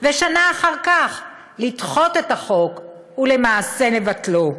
ושנה אחר כך לדחות את החוק ולמעשה לבטלו.